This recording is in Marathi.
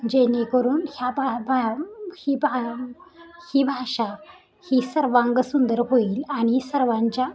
जेणेकरून ह्या पाया पाया ही पा ही भाषा ही सर्वांग सुंदर होईल आणि सर्वांच्या